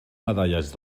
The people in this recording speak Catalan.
medalles